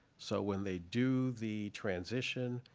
so when they do the transition,